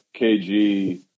kg